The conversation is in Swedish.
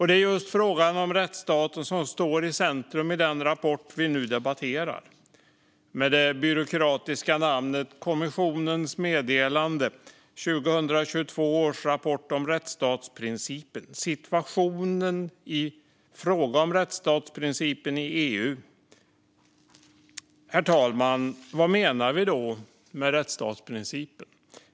Det är just frågan om rättsstaten som står i centrum i den rapport som vi nu debatterar med det byråkratiska namnet Kommissionens meddelande 2022 års rapport om rättsstatsprincipen - Situationen i fråga om rättsstatsprincipen i EU . Herr talman! Vad menar vi då med rättsstatsprincipen?